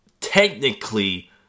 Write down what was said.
technically